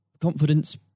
confidence